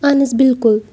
اہن حظ بِلکُل